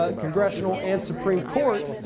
ah congressional and supreme court,